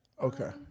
Okay